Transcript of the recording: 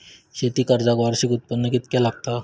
शेती कर्जाक वार्षिक उत्पन्न कितक्या लागता?